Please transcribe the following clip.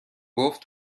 گفت